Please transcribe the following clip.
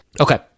Okay